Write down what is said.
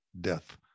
death